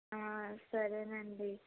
సరేనండి